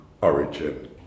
origin